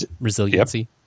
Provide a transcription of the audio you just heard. resiliency